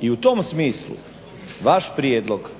I u tom smislu vaš prijedlog,